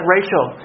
Rachel